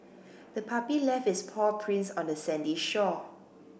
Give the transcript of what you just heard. the puppy left its paw prints on the sandy shore